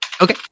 Okay